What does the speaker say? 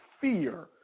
fear